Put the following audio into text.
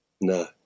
No